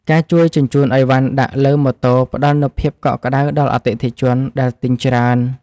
ការជួយជញ្ជូនឥវ៉ាន់ដាក់លើម៉ូតូផ្ដល់នូវភាពកក់ក្ដៅដល់អតិថិជនដែលទិញច្រើន។